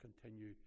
continue